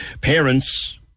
parents